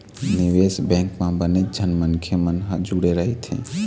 निवेश बेंक म बनेच झन मनखे मन ह जुड़े रहिथे